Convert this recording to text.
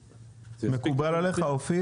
מקובל עליך אופיר?